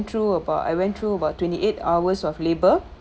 through about I went through about twenty eight hours of labor